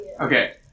Okay